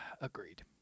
Agreed